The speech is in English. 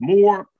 More